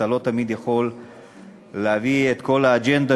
אתה לא תמיד יכול להביא את כל האג'נדה